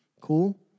Cool